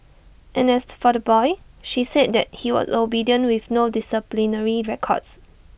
and as for the boy she said that he was obedient with no disciplinary records